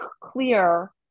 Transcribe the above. clear